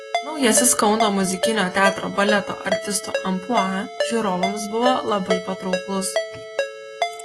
naujasis kauno muzikinio teatro baleto artistų amplua žiūrovams buvo labai patrauklus